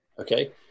Okay